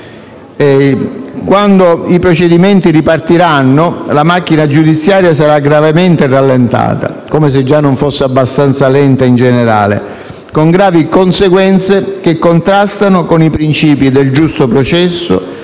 Quando i procedimenti ripartiranno, la macchina giudiziaria sarà gravemente rallentata, come se già non fosse abbastanza lenta in generale, con gravi conseguenze che contrastano con i princìpi del giusto processo,